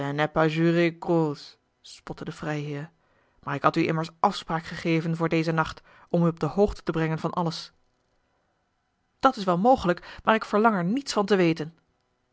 de freiherr maar ik had u immers afspraak gegeven voor dezen nacht om u op de hoogte te brengen van alles dat is wel mogelijk maar ik verlang er niets van te weten